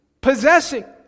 possessing